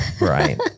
right